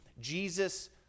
Jesus